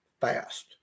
fast